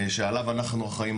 שעליו אנחנו אחראיים,